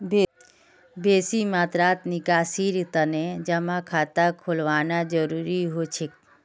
बेसी मात्रात निकासीर तने जमा खाता खोलवाना जरूरी हो छेक